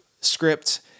script